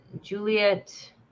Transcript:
Juliet